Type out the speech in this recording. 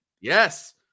Yes